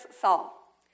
Saul